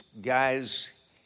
guys